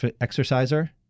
exerciser